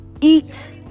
eat